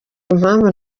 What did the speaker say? impamvu